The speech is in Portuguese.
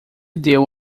deu